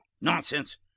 Nonsense